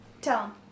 Tell